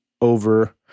over